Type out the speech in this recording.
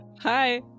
Hi